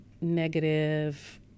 negative